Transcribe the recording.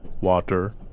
Water